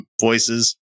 voices